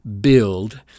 build